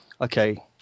Okay